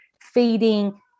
feeding